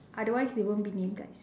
otherwise they won't be near guys